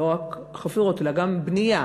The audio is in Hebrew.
לא רק חפירות, אלא גם בנייה